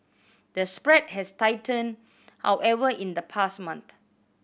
the spread has tightened however in the past month